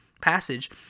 passage